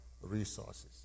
resources